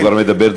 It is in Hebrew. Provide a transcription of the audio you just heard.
אתה כבר מדבר דקה,